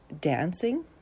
dancing